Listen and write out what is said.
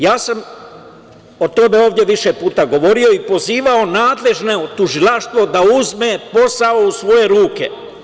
Ja sam o tome ovde više puta govorio i pozivao nadležne u Tužilaštvu da uzme posao u svoje ruke.